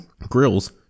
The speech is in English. grills